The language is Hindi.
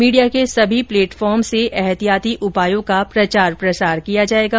मीडिया के सभी प्लेटफॉर्म से ऐहतियातली उपायों का प्रचार प्रसार किया जाएगा